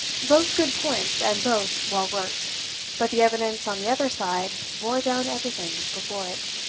both good points, and both well worked but the evidence on the other side bore down everything before it.